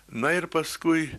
na ir paskui